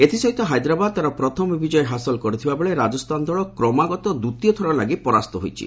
ଏଥି ସହିତ ହାଇଦ୍ରାବାଦ ତା'ର ପ୍ରଥମ ବିଜୟ ହାସଲ କରିଥିବାବେଳେ ରାଜସ୍ଥାନ ଦଳ କ୍ରମାଗତ ଦ୍ୱିତୀୟ ଥର ଲାଗି ପରାସ୍ତ ହୋଇଛି